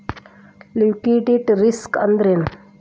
Liquidity risk ಅಂದ್ರೇನು?